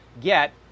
get